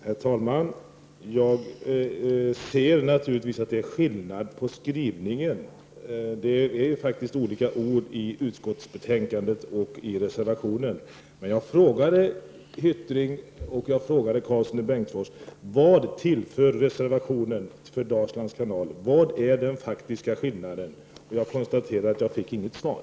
Herr talman! Jag ser naturligtvis att skrivningarna skiljer sig åt. Det är faktiskt olika ord i utskottsbetänkandet och i reservationen. Men jag frågade Jan Hyttring och Ingvar Karlsson i Bengtsfors: Vad tillför reservationen Dalslands kanal? Vad är den faktiska skillnaden? Jag konstaterar att jag inte fick något svar.